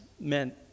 meant